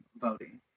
voting